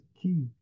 key